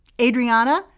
Adriana